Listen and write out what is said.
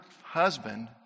husband